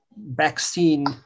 vaccine